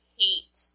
hate